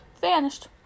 Vanished